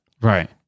Right